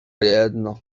jedno